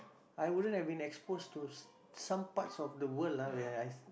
I wouldn't have been exposed to s~ some parts of the world ah where I